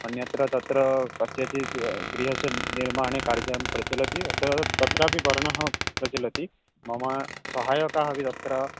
अन्यत्र तत्र कस्यचित् गृहस्य निर्माणे कार्यं प्रचलति अतः तत्रापि वर्णः प्रचलति मम सहायकाः अपि तत्र